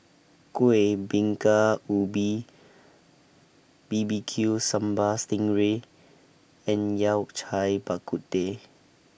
Kueh Bingka Ubi B B Q Sambal Sting Ray and Yao Cai Bak Kut Teh